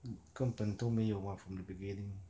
根本都没有 mah from the beginning